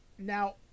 Now